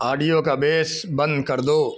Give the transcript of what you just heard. audio کا bass بند کر دو